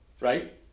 right